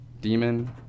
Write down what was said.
demon